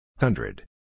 Hundred